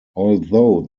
although